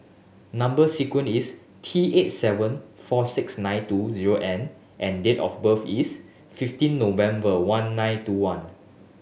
number sequence is T eight seven four six nine two zero N and date of birth is fifteen November one nine two one